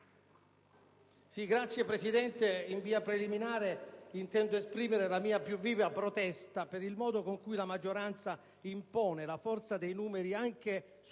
Signora Presidente, in via preliminare intendo esprimere la mia più viva protesta per il modo in cui la maggioranza impone la forza dei numeri anche sui tempi